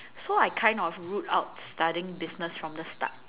so I kind of ruled out studying business from the start